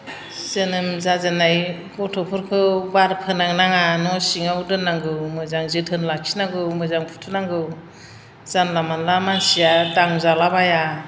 जोनोम जाजेननाय गथ'फोरखौ बार फोनांनाङा न' सिङाव दोननांगौ मोजां जोथोन लाखिनांगौ मोजां फुथुनांगौ जानला मानला मानसिया दांजालाबाया